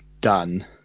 done